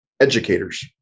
educators